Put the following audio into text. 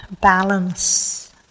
balance